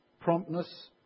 promptness